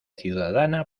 ciudadana